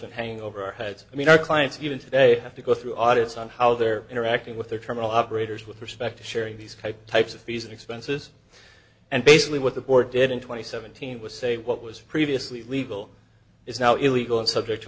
hanging over our heads i mean our clients even today have to go through audience on how they're interacting with their terminal operators with respect to sharing these types of fees and expenses and basically what the board did in twenty seventeen was say what was previously illegal is now illegal and subject to